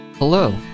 Hello